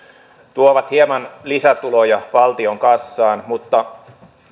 tuovat hieman lisätuloja valtion kassaan mutta